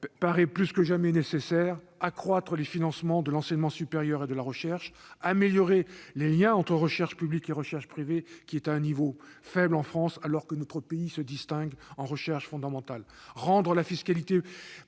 paraît plus que jamais nécessaire : accroître les financements de l'enseignement supérieur et de la recherche, améliorer les liens entre recherche publique et recherche privée, cette dernière étant faible en France alors que notre pays se distingue en matière de recherche fondamentale, rendre la fiscalité